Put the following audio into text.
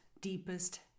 deepest